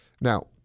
Now